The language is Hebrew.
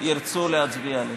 ירצו להצביע עליהן.